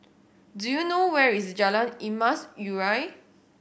do you know where is Jalan Emas Urai